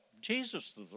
Jesus